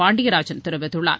பாண்டியராஜன் தெரிவித்துள்ளார்